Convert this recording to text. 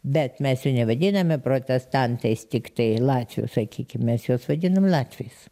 bet mes jų nevadiname protestantais tiktai latvių sakykim mes juos vadinam latviais